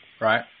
right